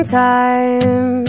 time